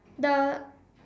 the